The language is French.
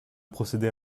procéder